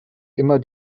immer